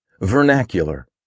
VERNACULAR